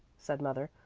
said mother.